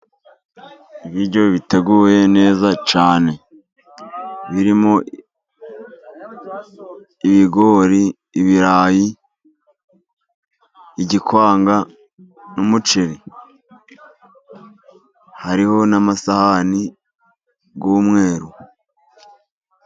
Ibiryo biteguwe neza cyane. birimo ibigori, ibirayi, igikwanga n'umuceri. Hariho n'amasahani Y'umweru.